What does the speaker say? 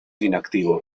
inactivo